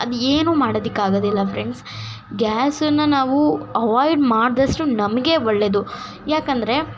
ಅದೇನು ಮಾಡೋದಿಕ್ಕಾಗದಿಲ್ಲ ಫ್ರೆಂಡ್ಸ್ ಗ್ಯಾಸನ್ನು ನಾವು ಅವಾಯ್ಡ್ ಮಾಡ್ದಷ್ಟು ನಮಗೆ ಒಳ್ಳೆದು ಯಾಕಂದರೆ